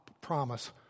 promise